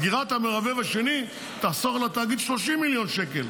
סגירת המרבב השני תחסוך לתאגיד 30 מיליון שקל,